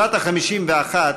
שנת ה-51,